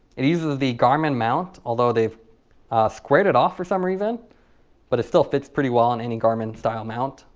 it uses the garmin mount although they've squared it off for some reason but it still fits pretty well on any garmin style mount.